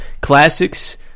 classics